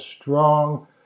strong